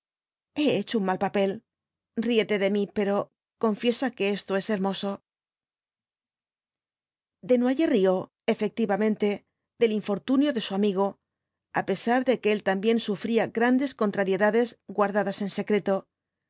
he hecho un mal papel ríete de mí pero confiesa que esto es hermoso desnoyers rió efectivamente del infortunio de su amigo á pesar de que él también sufría grandes contrariedades guardadas en secreto